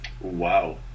Wow